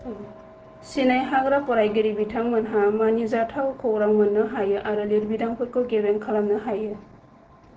सिनायहाग्रा फरायगिरि बिथांमोनहा मानिजाथाव खौरां मोननो हायो आरो लिरबिदांफोरखौ गेबें खालामनो हायो